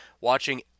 watching